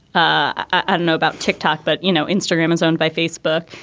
i don't know about tick-tock, but, you know, instagram is owned by facebook.